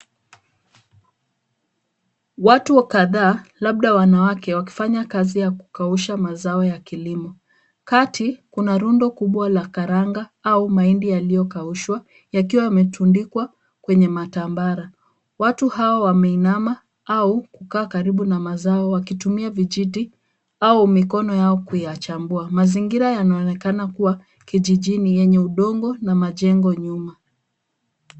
Watu kadhaa labda wanawake wakifanya kazi ya kukausha mazao ya kilimo. Kati, kuna rundo kubwa la karanga au mahindi yaliyokaushwa yakiwa yametundikwa kwenye matambara. Watu hawa wameinama au kukaa karibu na mazao wakitumia vijiti au mikono yao kuyachambua. Mazingira yanaonekana kuwa kijijini yenye udongo na majengo nyuma.